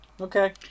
Okay